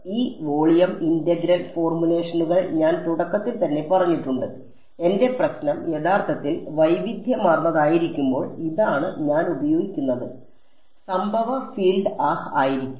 ഈ volume integral ഫോർമുലേഷനുകൾ ഞാൻ തുടക്കത്തിൽ തന്നെ പറഞ്ഞിട്ടുണ്ട് എന്റെ പ്രശ്നം യഥാർത്ഥത്തിൽ വൈവിധ്യമാർന്നതായിരിക്കുമ്പോൾ ഇതാണ് ഞാൻ ഉപയോഗിക്കുന്നത് സംഭവ ഫീൽഡ് ആഹ് ആയിരിക്കും